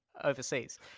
Overseas